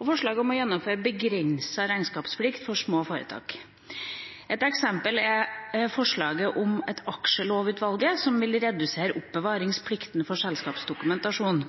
og om å gjennomføre begrenset regnskapsplikt for små foretak. Et annet eksempel er forslagene fra Aksjelovutvalget om å redusere oppbevaringstiden for selskapsdokumentasjon